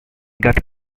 got